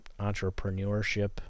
entrepreneurship